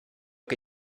que